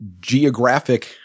geographic